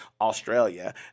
Australia